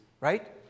right